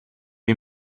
you